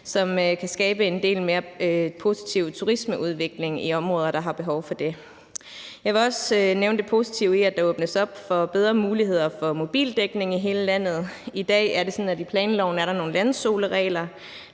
som kan skabe en del mere positiv turismeudvikling i områder, der har behov for det. Jeg vil også nævne det positive i, at der åbnes op for bedre muligheder for mobildækning i hele landet. I dag er det sådan, at der i planloven er nogle landzoneregler,